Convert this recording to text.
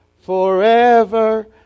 forever